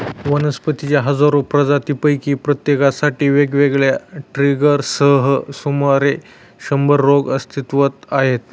वनस्पतींच्या हजारो प्रजातींपैकी प्रत्येकासाठी वेगवेगळ्या ट्रिगर्ससह सुमारे शंभर रोग अस्तित्वात आहेत